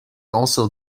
also